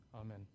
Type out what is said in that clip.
amen